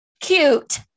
cute